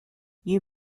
you